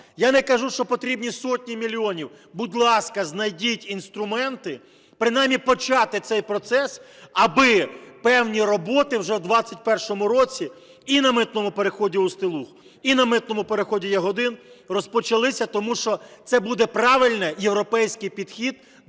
Я не кажу, що потрібні сотні мільйонів. Будь ласка, знайдіть інструменти, принаймні почати цей процес, аби певні роботи вже в 2021 році і на митному переході "Устилуг", і на митному переході "Ягодин" розпочалися, тому що це буде правильний європейський підхід